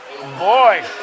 boy